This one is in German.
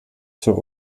zur